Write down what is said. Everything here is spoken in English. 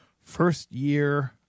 first-year